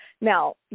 Now